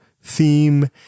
theme